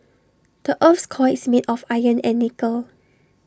the Earth's core is made of iron and nickel